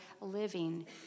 living